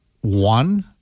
one